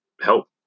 help